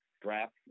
Draft